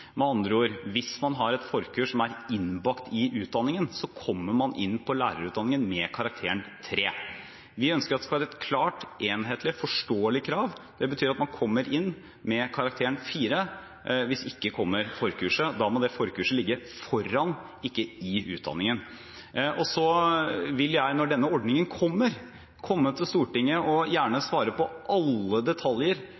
Med andre ord: Hvis man har et forkurs som er innbakt i utdanningen, kommer man inn på lærerutdanningen med karakteren 3. Vi ønsker at det skal være et klart, enhetlig, forståelig krav. Det betyr at man kommer inn med karakteren 4 – hvis ikke kommer forkurset. Da må det forkurset ligge foran, ikke i, utdanningen. Så vil jeg når denne ordningen kommer, komme til Stortinget og gjerne svare på alle detaljer